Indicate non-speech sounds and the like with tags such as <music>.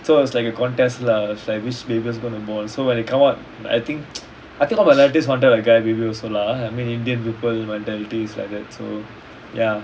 so it's like a contest lah like which baby is going to born so when it come out I think <noise> I think all my relatives wanted a guy baby also lah I mean indian people mentality is like that so ya